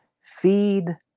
feed